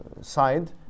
side